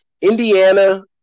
Indiana